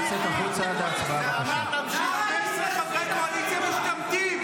15 חברי קואליציה משתמטים.